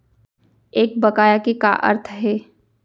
एक बकाया के का अर्थ हे?